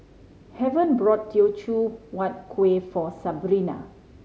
Heaven bought Teochew Huat Kuih for Sabrina